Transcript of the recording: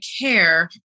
care